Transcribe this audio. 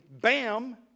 Bam